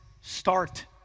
start